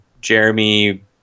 Jeremy